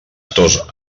tos